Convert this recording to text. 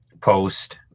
post